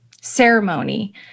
ceremony